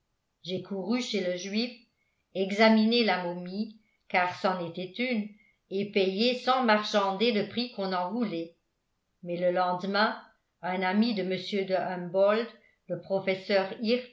j'ai couru chez le juif examiné la momie car c'en était une et payé sans marchander le prix qu'on en voulait mais le lendemain un ami de mr de humboldt le professeur